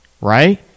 right